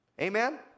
Amen